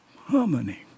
harmony